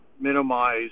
minimize